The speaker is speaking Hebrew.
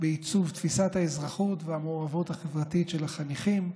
בעיצוב תפיסת האזרחות והמעורבות החברתית של החניכים.